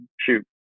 shoot